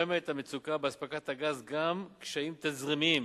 גורמת המצוקה באספקת הגז גם קשיים תזרימיים